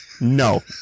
no